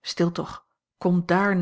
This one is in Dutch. stil toch kom dààr